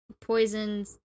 poisons